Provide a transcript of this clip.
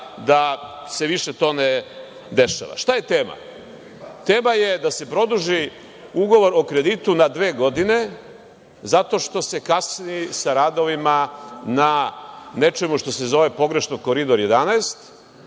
da se više to ne dešava. Šta je tema? Tema je da se produži ugovor o kreditu na dve godine zato što se kasni sa radovima na nečemu što se zove pogrešno Koridor 11